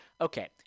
okay